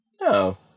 No